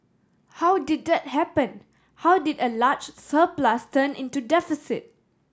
how did that happen how did a large surplus turn into deficit